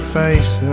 face